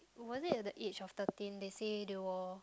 was it at the age of thirteen they say they will